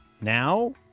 now